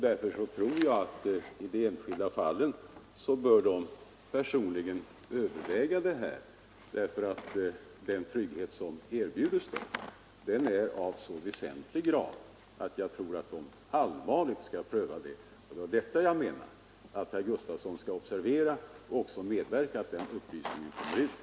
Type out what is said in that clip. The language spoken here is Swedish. Därför tycker jag att när det gäller de enskilda fallen man allvarligt bör överväga en anslutning, eftersom den trygghet som erbjuds är av väsentlig betydelse. Det var detta jag menade att herr Gustavsson skall observera. Han bör också medverka till att den upplysningen kommer ut.